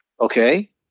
Okay